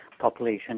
Population